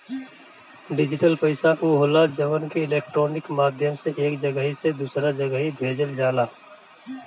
digital पईसा उ होला जवन की इलेक्ट्रोनिक माध्यम से एक जगही से दूसरा जगही भेजल जाला